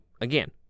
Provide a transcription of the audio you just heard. again